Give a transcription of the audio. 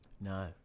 No